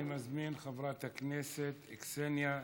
אני מזמין את חברת הכנסת קסניה סבטלובה.